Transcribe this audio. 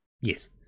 Yes